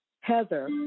Heather